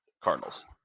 Cardinals